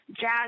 Jazz